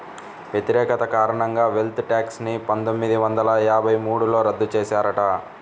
వ్యతిరేకత కారణంగా wealth tax ని పందొమ్మిది వందల యాభై మూడులో రద్దు చేశారట